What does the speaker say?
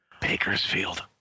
Bakersfield